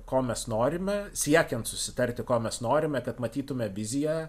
ko mes norime siekiant susitarti ko mes norime kad matytume viziją